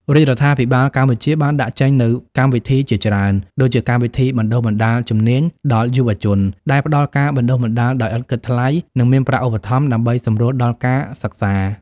រាជរដ្ឋាភិបាលកម្ពុជាបានដាក់ចេញនូវកម្មវិធីជាច្រើន ដូចជាកម្មវិធីបណ្តុះបណ្តាលជំនាញដល់យុវជន ដែលផ្តល់ការបណ្តុះបណ្តាលដោយឥតគិតថ្លៃ និងមានប្រាក់ឧបត្ថម្ភ ដើម្បីសម្រួលដល់ការសិក្សា។